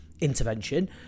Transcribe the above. intervention